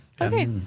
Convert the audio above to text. Okay